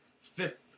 fifth